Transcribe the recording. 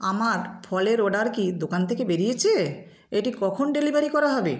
আমার ফলের অর্ডার কি দোকান থেকে বেরিয়েছে এটি কখন ডেলিভারি করা হবে